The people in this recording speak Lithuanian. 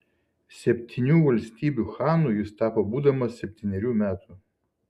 septynių valstybių chanu jis tapo būdamas septynerių metų